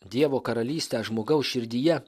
dievo karalystę žmogaus širdyje